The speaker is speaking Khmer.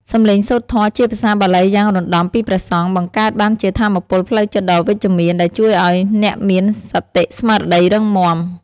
សម្លេងសូត្រធម៌ជាភាសាបាលីយ៉ាងរណ្តំពីព្រះសង្ឃ បង្កើតបានជាថាមពលផ្លូវចិត្តដ៏វិជ្ជមាន ដែលជួយឱ្យអ្នកមានសតិស្មារតីរឹងមាំ។